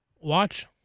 watch